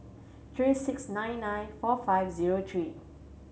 three six nine nine four five zero three